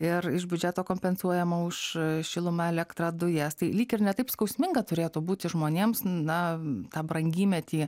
ir iš biudžeto kompensuojama už šilumą elektrą dujas tai lyg ir ne taip skausminga turėtų būti žmonėms na tą brangymetį